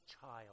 child